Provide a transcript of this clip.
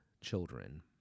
children